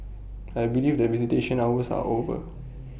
I believe that visitation hours are over